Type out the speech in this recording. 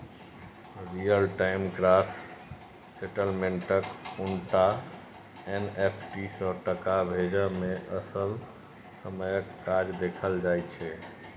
real time gross सेटलमेंटक उनटा NFT सँ टका भेजय मे असल समयक काज देखल जाइ छै